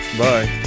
bye